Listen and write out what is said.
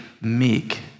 meek